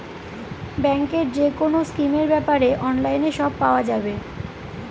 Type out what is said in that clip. ব্যাঙ্কের যেকোনো স্কিমের ব্যাপারে অনলাইনে সব পাওয়া যাবে